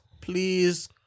please